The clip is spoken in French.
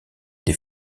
des